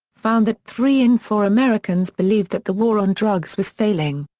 found that three in four americans believed that the war on drugs was failing.